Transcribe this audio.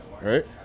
right